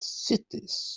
cities